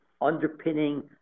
underpinning